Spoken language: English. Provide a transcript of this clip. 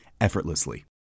effortlessly